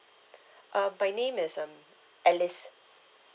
uh my name is um alice